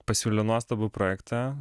pasiūlė nuostabų projektą